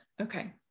Okay